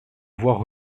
voire